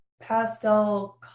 pastel